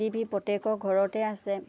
T V প্ৰত্যেকৰ ঘৰতে আছে